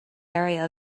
area